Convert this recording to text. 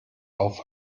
auf